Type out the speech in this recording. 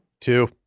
two